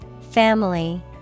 Family